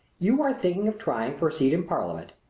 you are thinking of trying for a seat in parliament,